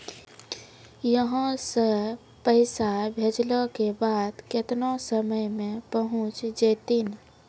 यहां सा पैसा भेजलो के बाद केतना समय मे पहुंच जैतीन?